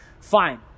fine